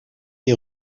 est